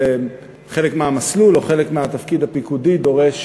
וחלק מהמסלול או חלק מהתפקיד הפיקודי דורש